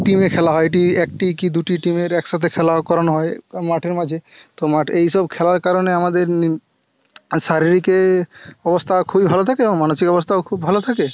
টিমে খেলা হয় এটি একটি কি দুটি টিমের একসাথে খেলা করানো হয় মাঠের মাঝে তো মাঠ এই সব খেলার কারণে আমাদের শারীরিকে অবস্থা খুবই ভালো থাকে এবং মানসিক অবস্থাও খুব ভালো থাকে